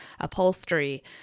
upholstery